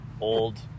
old